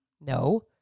no